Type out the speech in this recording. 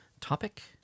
topic